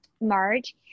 Marge